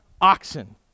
oxen